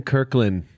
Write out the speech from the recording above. Kirkland